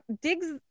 digs